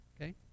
okay